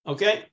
Okay